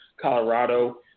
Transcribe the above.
Colorado